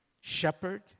shepherd